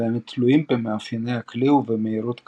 והם תלויים במאפייני הכלי ובמהירות קדימה.